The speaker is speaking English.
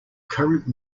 current